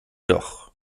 doch